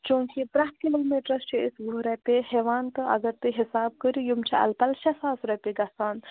چوٗنٛکہِ پرٛٮ۪تھ kilometres چھِ أسۍ وُہ رۄپیہِ ہٮ۪وان تہٕ اگر تُہۍ حساب کٔرِو یِم چھِ اَلہٕ پَلہٕ شےٚ ساس رۄپیہِ گژھان